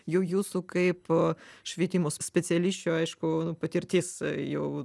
jau jūsų kaip švietimo specialisčių aišku patirtis jau